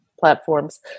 Platforms